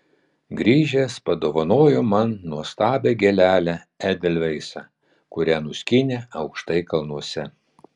grįžęs padovanojo man nuostabią gėlelę edelveisą kurią nuskynė aukštai kalnuose